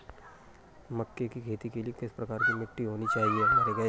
मक्के की खेती के लिए किस प्रकार की मिट्टी होनी चाहिए?